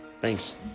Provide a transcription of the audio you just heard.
Thanks